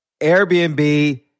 Airbnb